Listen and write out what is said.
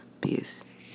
Peace